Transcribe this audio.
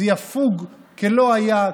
זה יפוג כלא היה,